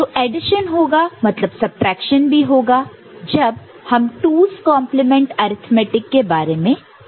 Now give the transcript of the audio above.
तो एडिशन होगा मतलब सबट्रैक्शन भी होगा जब हम 2's complement arithmetic 2's complement arithmetic के बारे में बात करेंगे